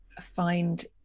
find